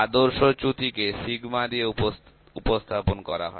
ব্যত্যয় প্রমাপ কে সিগমা দিয়ে উপস্থাপন করা হয়